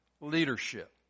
leadership